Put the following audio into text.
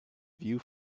view